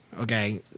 Okay